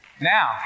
Now